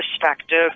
perspective